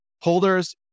holders